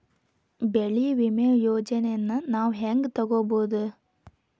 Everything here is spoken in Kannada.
ಬೆಳಿ ವಿಮೆ ಯೋಜನೆನ ನಾವ್ ಹೆಂಗ್ ತೊಗೊಬೋದ್?